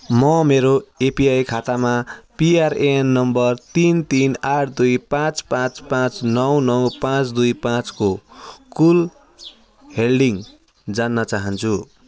म मेरो एपिआई खातामा पिआरएएन नम्बर तिन तिन आठ दुई पाँच पाँच पाँच नौ नौ पाँच दुई पाँचको कुल हेल्डिङ जान्न चाहन्छु